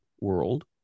world